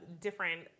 different